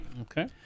Okay